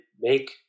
make